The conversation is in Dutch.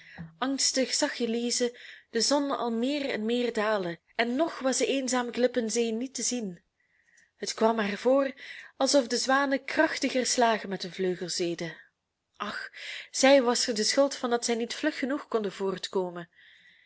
angstig zag elize de zon al meer en meer dalen en nog was de eenzame klip in zee niet te zien het kwam haar voor alsof de zwanen krachtiger slagen met hun vleugels deden ach zij was er de schuld van dat zij niet vlug genoeg konden voortkomen